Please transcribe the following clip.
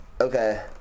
Okay